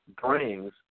brings